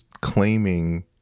claiming